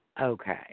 Okay